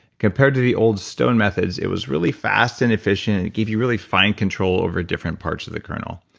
compared to the old stone methods, it was really fast and efficient, it gave you really fine control over different parts of the kernel.